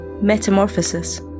metamorphosis